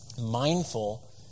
mindful